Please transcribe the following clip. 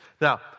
Now